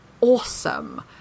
awesome